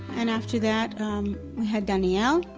and after that um we had daniel,